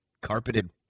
carpeted